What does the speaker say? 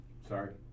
sorry